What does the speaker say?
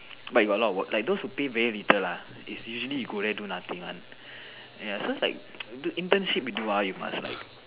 but you got a lot of work like those who pay very little lah is usually you go there do nothing one ya so it's like internship you do ah you must like